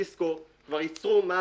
ניסקו כבר ייצרו מד